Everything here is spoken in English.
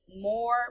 more